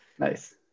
Nice